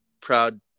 proud